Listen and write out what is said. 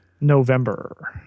november